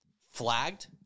flagged